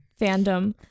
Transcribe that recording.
fandom